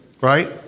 Right